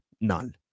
None